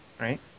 right